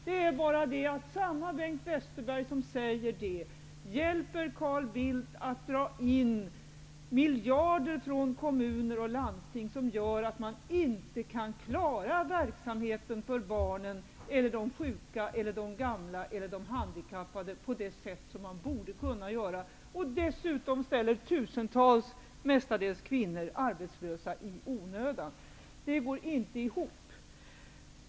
Det är bara det att samme Bengt Westerberg som säger allt detta hjälper Carl Bildt att dra in miljarder från kommuner och landsting, något som gör att dessa inte kan klara verksamheten för barnen, de sjuka, de gamla eller de handikappade på det sätt som de borde kunna göra. Dessutom blir tusen tals anställda -- mestadels kvinnor -- arbetslösa i onödan. Detta går inte ihop!